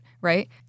right